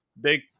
big